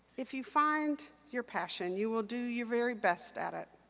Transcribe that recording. if you find your passion, you will do your very best at it.